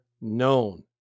known